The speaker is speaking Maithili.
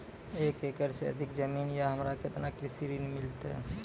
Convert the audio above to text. एक एकरऽ से अधिक जमीन या हमरा केतना कृषि ऋण मिलते?